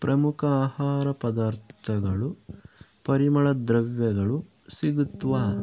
ಪ್ರಮುಖ ಆಹಾರ ಪದಾರ್ಥಗಳು ಪರಿಮಳ ದ್ರವ್ಯಗಳು ಸಿಗುತ್ವೇ